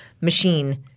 machine